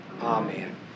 Amen